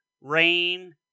rain